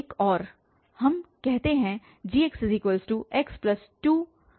एक और हम कह सकते हैं gxx2fx